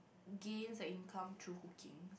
gains her income through cooking